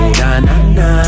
na-na-na